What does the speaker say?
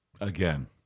Again